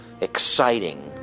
exciting